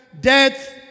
death